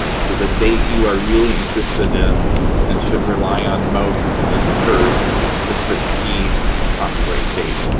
so the date you are really interested in and should rely on most and first is the p copyright date.